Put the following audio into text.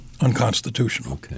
unconstitutional